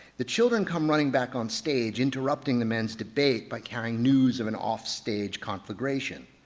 the children come running back on stage interrupting the men's debate by carrying news of an offstage conflagration.